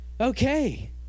Okay